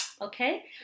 okay